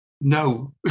no